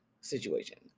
situation